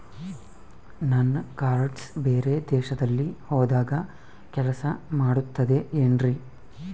ನನ್ನ ಕಾರ್ಡ್ಸ್ ಬೇರೆ ದೇಶದಲ್ಲಿ ಹೋದಾಗ ಕೆಲಸ ಮಾಡುತ್ತದೆ ಏನ್ರಿ?